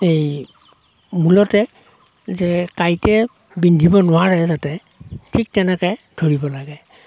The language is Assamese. এই মূলতে যে কাঁইটে বিন্ধিব নোৱাৰে যাতে ঠিক তেনেকৈ ধৰিব লাগে